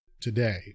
today